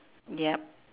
yup